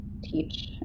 teach